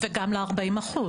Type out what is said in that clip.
וגם לארבעים אחוז.